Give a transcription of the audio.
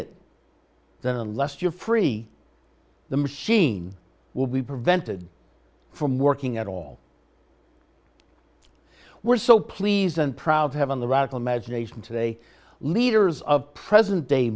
it that unless you're free the machine will be prevented from working at all we're so pleased and proud to have in the radical magination today leaders of present day